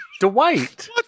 Dwight